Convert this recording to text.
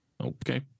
Okay